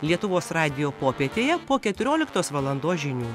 lietuvos radijo popietėje po keturioliktos valandos žinių